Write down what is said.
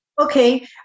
Okay